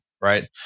right